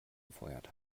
gefeuert